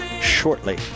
shortly